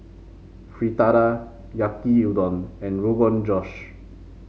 Fritada Yaki Udon and Rogan Josh